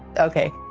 okay,